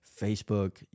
Facebook